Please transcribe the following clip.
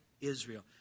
Israel